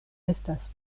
estas